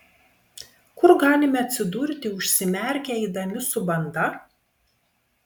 kur galime atsidurti užsimerkę eidami su banda